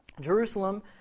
Jerusalem